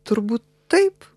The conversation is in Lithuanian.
turbūt taip